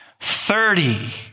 Thirty